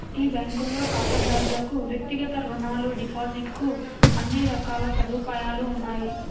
ఈ బ్యాంకులో ఖాతాదారులకు వ్యక్తిగత రుణాలు, డిపాజిట్ కు అన్ని రకాల సదుపాయాలు ఉన్నాయి